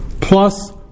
plus